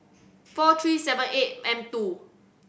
four three seven eight M two